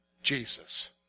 Jesus